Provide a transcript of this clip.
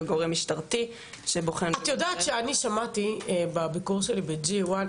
גורם משטרתי שבוחן את יודעת שאני שמעתי בביקור שלי ב- G1,